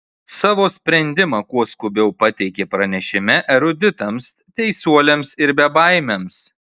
savo sprendimą kuo skubiau pateikė pranešime eruditams teisuoliams ir bebaimiams